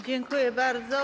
Dziękuję bardzo.